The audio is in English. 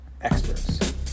experts